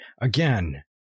again